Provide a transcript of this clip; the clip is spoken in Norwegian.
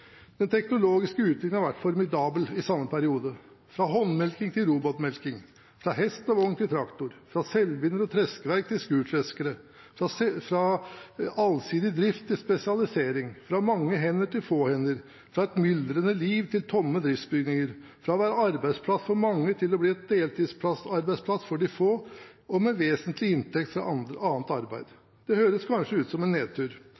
Den teknologiske utviklingen har vært formidabel i samme periode – fra håndmelking til robotmelking, fra hest og vogn til traktor, fra selvbinder og treskeverk til skurtreskere, fra allsidig drift til spesialisering, fra mange hender til få hender, fra et myldrende liv til tomme driftsbygninger, fra å være arbeidsplass for mange til å bli en deltidsarbeidsplass for de få og med vesentlig inntekt fra annet arbeid. Det høres kanskje ut som en nedtur,